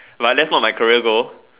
like that's not my career goal